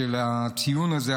הציון הזה,